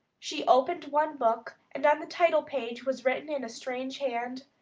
she opened one book, and on the title-page was written in a strange hand,